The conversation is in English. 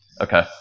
Okay